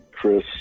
Chris